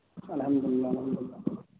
اَلحمدُللہ اَلحمدُللہ